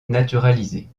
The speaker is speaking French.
naturalisée